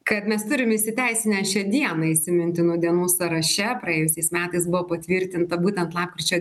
kad mes turim įsiteisinę šią dieną įsimintinų dienų sąraše praėjusiais metais buvo patvirtinta būtent lapkričio